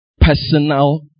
personal